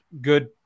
good